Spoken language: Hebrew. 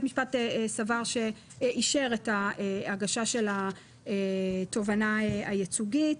המשפט אישר את הגשת התובענה הייצוגית,